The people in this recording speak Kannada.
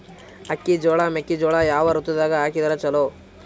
ಅಕ್ಕಿ, ಜೊಳ, ಮೆಕ್ಕಿಜೋಳ ಯಾವ ಋತುದಾಗ ಹಾಕಿದರ ಚಲೋ?